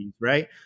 right